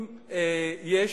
אם יש